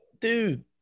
Dude